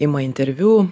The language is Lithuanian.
ima interviu